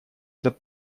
этот